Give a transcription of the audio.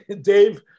Dave